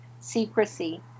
secrecy